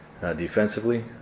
defensively